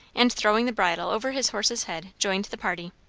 and throwing the bridle over his horse's head, joined the party.